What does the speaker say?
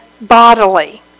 bodily